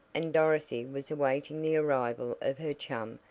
and dorothy was awaiting the arrival of her chum,